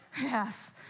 Yes